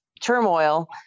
turmoil